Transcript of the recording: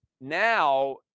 now